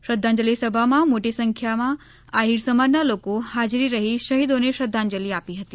શ્રધ્ધાજીલિ સભામાં મોટી સંખ્યામાં આહિર સમાજના લોકો હાજર રહી શહીદોને શ્રધ્ધાજંલી આપી હતી